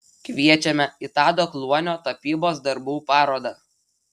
kviečiame į tado kluonio tapybos darbų parodą